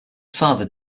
father